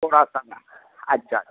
थोड़ा सा ना अच्छा